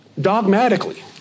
dogmatically